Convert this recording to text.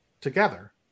together